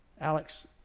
Alex